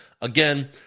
Again